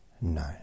No